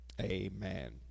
amen